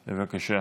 הכנסת,